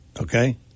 Okay